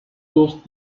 dos